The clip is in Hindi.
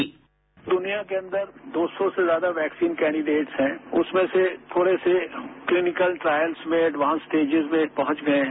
बाईट दुनिया के अन्दर दो से ज्यादा वैक्सीन कैंडिडेट्स हैं उसमें से थोड़े से क्लीनिकल ट्रायल्स में एडवांस स्टेटिज में पहुंच गये हैं